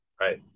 right